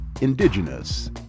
Indigenous